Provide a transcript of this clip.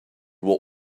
what